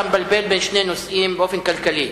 אתה מבלבל בין שני נושאים באופן כלכלי.